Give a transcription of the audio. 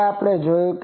હવે આપણે તે જોશું